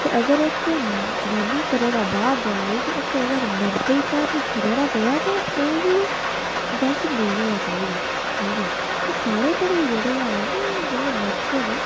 ते अगर इक जनानी घरे दा बाहर जा दी ते इक अगर मर्दे गी घर रौह्ना पवै ते ओह् बी गलत नेई होना चाहिदा हैनी ते स्हाड़े घर जेह्ड़े हन जेह्ड़े मर्द न